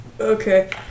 Okay